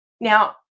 Now